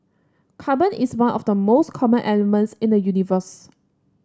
carbon is one of the most common elements in the universe